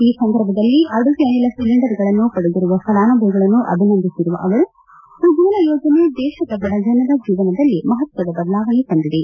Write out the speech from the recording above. ಈ ಸಂದರ್ಭದಲ್ಲಿ ಅಡುಗೆ ಅನಿಲ ಸಿಲಿಂಡರ್ಗಳನ್ನು ಪಡೆದಿರುವ ಫಲಾನುಭವಿಗಳನ್ನು ಅಭಿನಂದಿಸಿರುವ ಅವರು ಉಜ್ವಲ ಯೋಜನೆ ದೇಶದ ಬಡಜನರ ಜೀವನದಲ್ಲಿ ಮಹತ್ವದ ಬದಲಾವಣೆ ತಂದಿದೆ